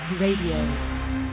Radio